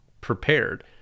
prepared